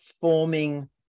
forming